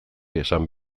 esan